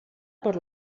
per